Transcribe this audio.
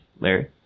Larry